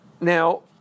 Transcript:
Now